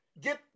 Get